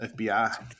FBI